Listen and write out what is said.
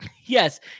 yes